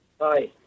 Hi